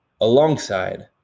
alongside